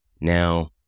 Now